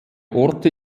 orte